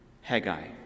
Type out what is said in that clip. Haggai